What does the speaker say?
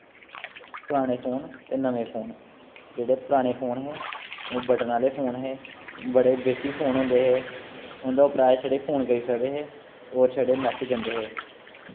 पराने फोन ते नमें फोन जेह्ड़े पराने फोन हे ओह् बटन आह्ले फोन हे बड़े बेसिक फोन होंदे हे उंदै उप्परा दा शड़ा फोन करी सकदे हे और शड़े मैसेज़ जंदे हे